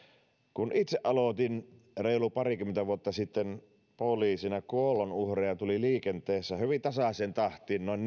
kun itse aloitin reilu parikymmentä vuotta sitten poliisina kuolonuhreja tuli liikenteessä hyvin tasaiseen tahtiin noin